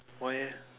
why eh